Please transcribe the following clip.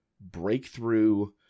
breakthrough